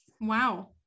Wow